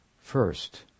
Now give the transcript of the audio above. first